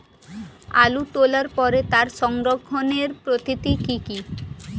আলু তোলার পরে তার সংরক্ষণের পদ্ধতি কি কি?